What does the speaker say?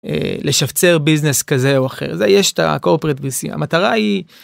לשפצר ביזנס כזה או אחר זה יש את הקורפרט ביסי המטרה היא.